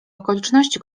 okoliczności